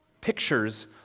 pictures